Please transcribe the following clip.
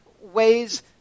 ways